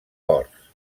ports